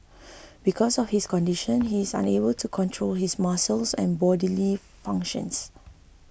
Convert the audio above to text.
because of his condition he is unable to control his muscles and bodily functions